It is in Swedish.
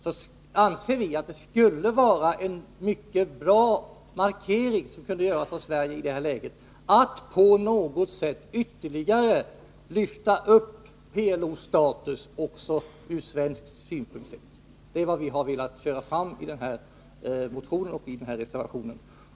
Vi anser att det skulle vara en mycket bra markering, som kunde göras av Sverige i detta läge, att på något sätt ytterligare lyfta upp PLO:s status också från svensk synpunkt sett. Det är vad vi har velat föra fram i motionen och i reservationen.